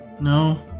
No